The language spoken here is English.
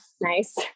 nice